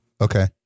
Okay